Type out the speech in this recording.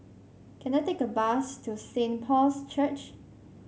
can I take a bus to Saint Paul's Church